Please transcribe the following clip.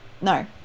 No